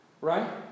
right